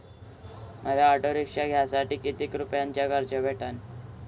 मले auto rickshaw घ्यासाठी कितीक रुपयाच कर्ज भेटनं?